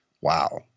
Wow